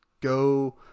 Go